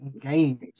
Games